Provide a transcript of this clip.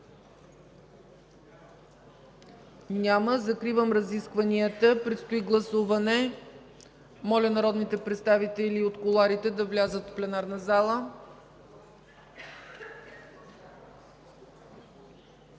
Няма. Закривам разискванията. Предстои гласуване – моля народните представители да влязат в пленарната зала.